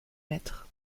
maîtres